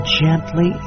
gently